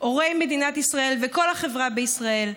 הורי מדינת ישראל וכל החברה בישראל.